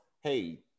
hey